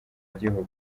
gihugu